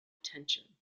attention